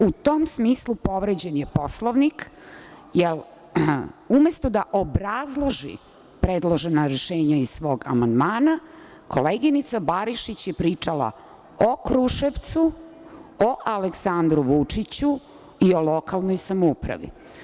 U tom smislu, povređen je Poslovnik, jer umesto da obrazloži predložena rešenja iz svog amandmana, koleginica Barišić je pričala o Kruševcu, o Aleksandru Vučiću i o lokalnoj samoupravi.